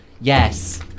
yes